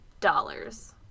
dollars